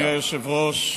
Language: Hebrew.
אדוני היושב-ראש,